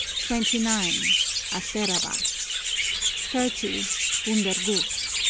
twenty nine asterabad thirty bunder guz